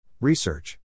Research